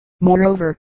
moreover